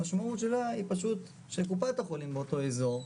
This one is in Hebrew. המשמעות היא פשוט שקופת החולים באותו האזור,